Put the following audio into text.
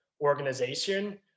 organization